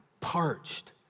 parched